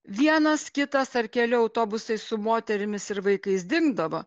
vienas kitas ar keli autobusai su moterimis ir vaikais dingdavo